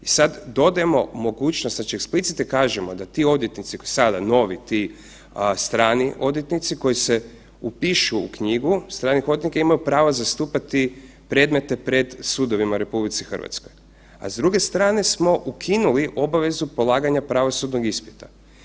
I sad dodajemo mogućnost, znači eksplicitno kažemo da ti odvjetnici sada, novi, ti strani odvjetnici koji se upišu u knjigu stranih odvjetnika imaju pravo zastupati predmete pred sudovima u RH, a s druge strane smo ukinuli obavezu polaganja pravosudnog ispita.